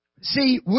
See